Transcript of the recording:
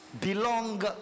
belong